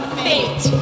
fate